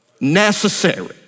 necessary